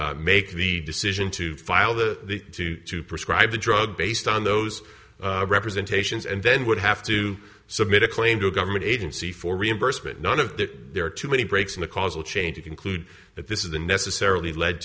then make the decision to file the suit to prescribe the drug based on those representations and then would have to submit a claim to a government agency for reimbursement none of that there are too many breaks in the causal chain to conclude that this isn't necessarily le